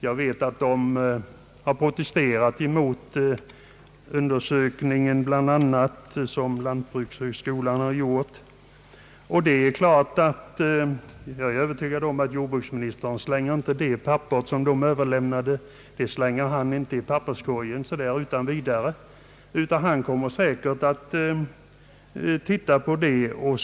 Jag vet att de som uppvaktade bl.a. protesterade mot den undersökning som gjorts vid lantbrukshögskolan. Jag är övertygad om att jordbruksministern inte slänger dessa handlingar i papperskorgen utan vidare. Han kommer säkert att titta närmare på dem.